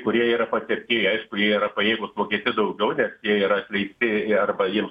kurie yra patepti aišku jie yra pajėgūs mokėti daugiau nes jie yra atleisti arba jiems